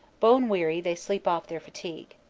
bone weary, they sleep off their fatigue.